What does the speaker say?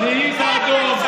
נהיית אדום.